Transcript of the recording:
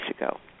ago